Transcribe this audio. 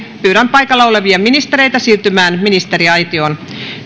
pyydän paikalla olevia ministereitä siirtymään ministeriaitioon